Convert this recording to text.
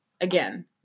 again